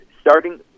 starting